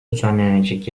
düzenlenecek